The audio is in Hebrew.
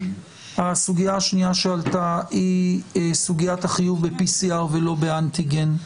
הסוגיה השנייה היא סוגיית חיוב ב-PCR ולא באנטיגן,